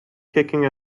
kicking